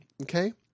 Okay